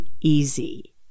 easy